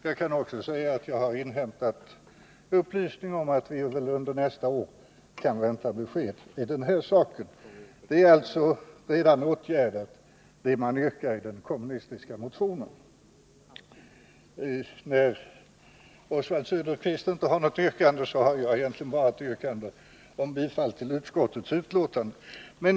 Jag kan också nämna att jag har inhämtat upplysning om att vi under nästa år kan vänta besked i den här saken. Vad man yrkar i den kommunistiska motionen är alltså redan åtgärdat. När Oswald Söderqvist inte har något yrkande har jag egentligen bara att yrka bifall till utskottets hemställan.